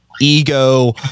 ego